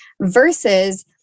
versus